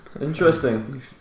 interesting